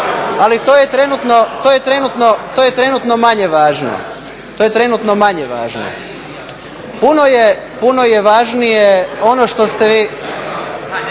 ali to je trenutno manje važno. Puno je važnije … **Batinić,